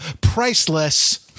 priceless